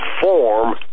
form